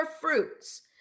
fruits